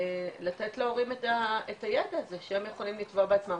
לתת להורים את הידע הזה שהם יכולים לתבוע בעצמם,